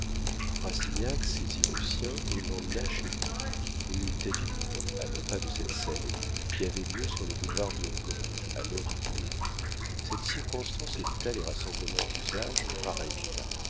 populacier rastignac saisit lucien et l'emmena chez lui rue taitbout à deux pas de cette scène qui avait lieu sur le boulevard de gand à l'heure du dîner cette circonstance évita les rassemblements d'usage en pareil cas